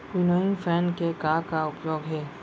Winnowing fan के का का उपयोग हे?